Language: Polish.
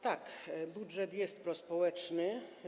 Tak, budżet jest prospołeczny.